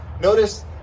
notice